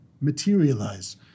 materialize